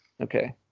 Okay